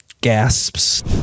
gasps